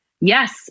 yes